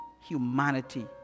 humanity